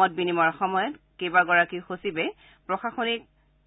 মত বিনিময়ৰ সময়ত কেইবাগৰাকী সচিবে প্ৰশাসনিক